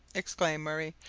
exclaimed murray.